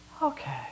Okay